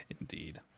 Indeed